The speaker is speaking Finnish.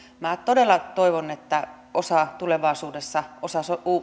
minä todella toivon että tulevaisuudessa osana